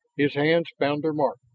his hands found their mark,